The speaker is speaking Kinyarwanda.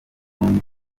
burundi